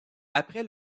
après